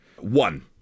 One